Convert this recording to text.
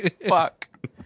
fuck